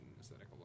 aesthetic